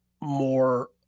more